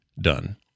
done